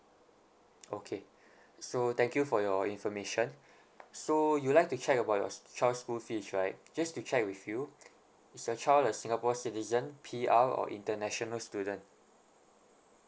okay so thank you for your information so you would like to check about your child's school fees right just to check with you is your child a singapore citizen P_R or international student